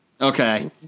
Okay